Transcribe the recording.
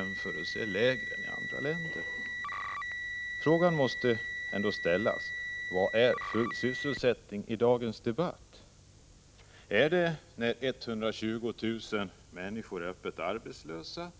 Man måste ändå fråga: Vad menar man i dagens debatt med full sysselsättning? Är det full sysselsättning då 120 000 människor är arbetslösa,